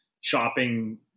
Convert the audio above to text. shopping